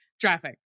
traffic